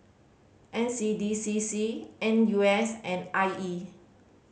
N C D C C N U S and I E